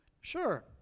Sure